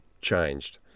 changed